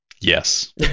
yes